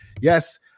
yes